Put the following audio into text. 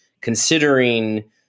considering